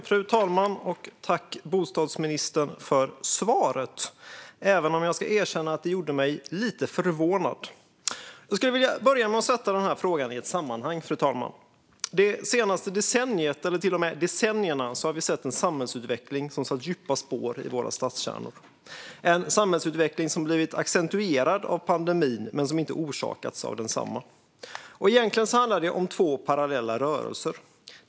Fru talman! Tack för svaret, bostadsministern! Jag ska dock erkänna att det gjorde mig lite förvånad. Jag skulle vilja börja med att sätta frågan i ett sammanhang, fru talman. Det senaste decenniet, eller till och med de senaste decennierna, har vi sett en samhällsutveckling som har satt djupa spår i våra stadskärnor. Det är en samhällsutveckling som blivit accentuerad av pandemin men inte orsakats av densamma. Egentligen handlar det om två parallella rörelser.